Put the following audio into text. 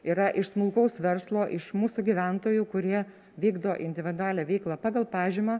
yra iš smulkaus verslo iš mūsų gyventojų kurie vykdo individualią veiklą pagal pažymą